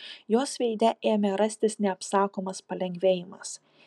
jos veide ėmė rastis neapsakomas palengvėjimas